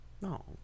No